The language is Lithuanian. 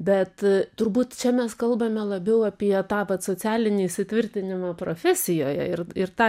bet a turbūt čia mes kalbame labiau apie tą vat socialinį įsitvirtinimą profesijoje ir ir tą